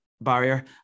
barrier